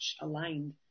aligned